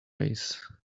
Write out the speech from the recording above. race